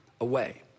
away